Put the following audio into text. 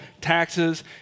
taxes